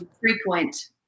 frequent